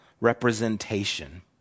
representation